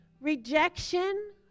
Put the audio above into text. rejection